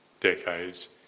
Decades